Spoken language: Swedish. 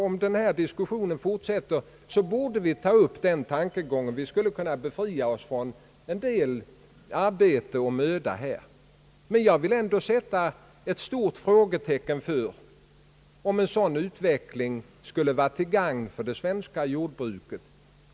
Om diskussionen fortsätter borde vi ta upp den tankegången. Det skulle kunna befria oss från en del arbete och möda här. Jag vill ändå sätta ett stort frågetecken för om en sådan utveckling skulle vara till gagn för det svenska jordbruket.